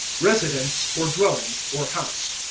residence for dwelling, or house.